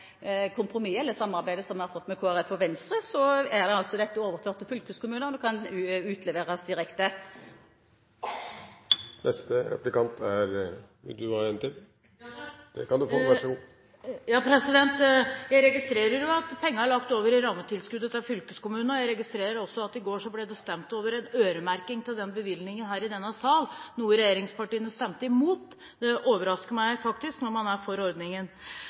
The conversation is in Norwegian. kompromisset, eller samarbeidet, som vi har fått med Kristelig Folkeparti og Venstre, er dette overført til fylkeskommunene og kan utleveres direkte. Jeg registrerer at pengene er lagt over i rammetilskuddet til fylkeskommunene. Jeg registrerer også at i går ble det stemt over en øremerking av bevilgningen her i denne sal, noe regjeringspartiene stemte imot. Det overrasker meg faktisk når man er for ordningen.